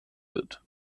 wird